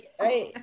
right